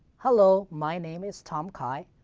hello. my name is tom cai.